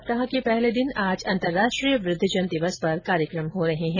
सप्ताह के पहले दिन आज अंतरराष्ट्रीय वृद्वजन दिवस पर कार्यकम हो रहे हैं